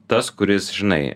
tas kuris žinai